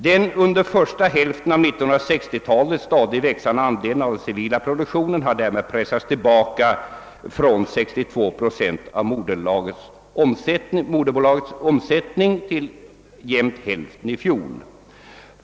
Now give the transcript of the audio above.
Den under första hälften av 1960-talet stadigt växande andelen av civila produkter har därmed pressats tillbaka från 62 7 av moderbolagets omsättning till jämnt hälften i fjol.